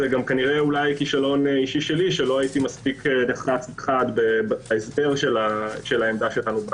אולי זה כישלון אישי שלי שלא הייתי די חד בהסדר של העמדה שלנו,